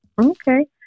Okay